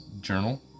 journal